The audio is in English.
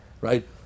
Right